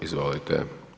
Izvolite.